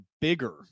bigger